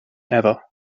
ever